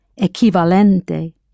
equivalente